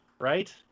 right